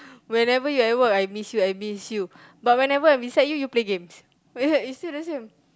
whenever you at work I miss you I miss you but whenever I'm beside you you play games might as well it's still the same